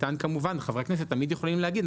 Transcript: ניתן כמובן וחברי הכנסת תמיד יכולים להגיד,